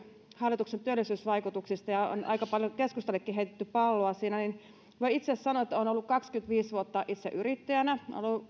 hallituksen työllisyysvaikutuksista ja on aika paljon keskustallekin heitetty palloa siinä voin itse sanoa että olen ollut kaksikymmentäviisi vuotta itse yrittäjänä olen ollut